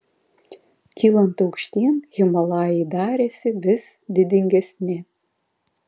kylant aukštyn himalajai darėsi vis didingesni